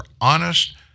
honest